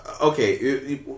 Okay